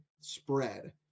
spread